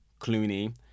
Clooney